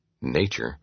nature